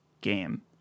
game